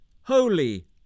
holy